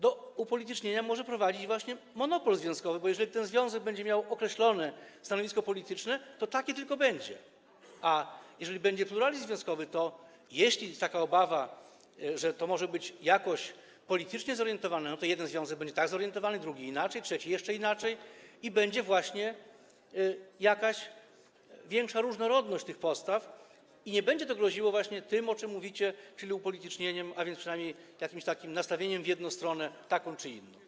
Do upolitycznienia może prowadzić właśnie monopol związkowy, bo jeżeli ten związek będzie miał określone stanowisko polityczne, to tylko takie będzie, a jeżeli będzie pluralizm związkowy, to jeśli jest taka obawa, że to może być jakoś politycznie zorientowane, to jeden związek będzie tak zorientowany, drugi inaczej, trzeci jeszcze inaczej i będzie właśnie jakaś większa różnorodność tych postaw i nie będzie to groziło tym, o czym mówicie, czyli upolitycznieniem, a więc przynajmniej jakimś takim nastawieniem w jedną stronę, taką czy inną.